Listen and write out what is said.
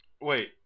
Wait